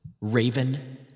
Raven